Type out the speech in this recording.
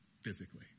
physically